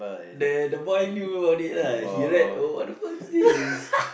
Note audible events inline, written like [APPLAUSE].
the the boy knew about it ah he read oh what the fuck is this [LAUGHS]